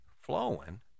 flowing